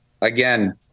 again